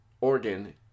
organ